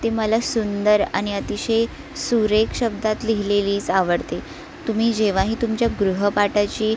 ती मला सुंदर आणि अतिशय सुरेख शब्दात लिहीलेलीच आवडते तुम्ही जेव्हाही तुमच्या गृहपाठाची